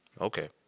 Okay